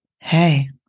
Hey